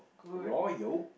raw yolk